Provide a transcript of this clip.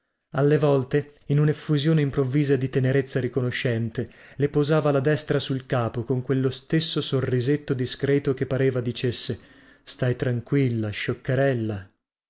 alle volte in uneffusione improvvisa di tenerezza riconoscente le posava la destra sul capo con quello stesso sorrisetto discreto che pareva dicesse stai tranquilla scioccherella